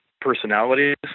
personalities